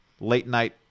late-night